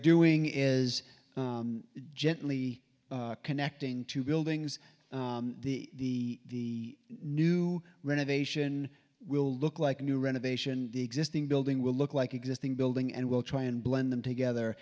doing is gently connecting to buildings the new renovation will look like new renovation the existing building will look like existing building and we'll try and blend them together